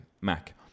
Mac